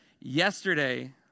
yesterday